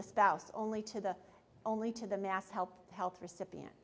the spouse only to the only to the mass help health recipient